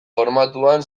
formatuan